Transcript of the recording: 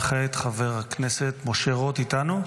וכעת, חבר הכנסת משה רוט, איתנו?